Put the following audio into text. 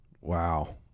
Wow